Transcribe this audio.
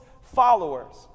followers